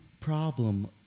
problem